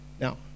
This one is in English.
Now